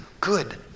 good